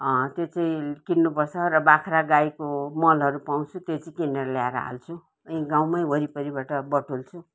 त्यो चाहिँ किन्नु पर्छ र बाख्रा गाईको मलहरू पाउँछु त्यो चाहिँ किनेर ल्याएर हाल्छु यी गाउँमै वरिपरिबाट बटुल्छु